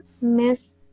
miss